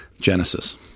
Genesis